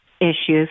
issues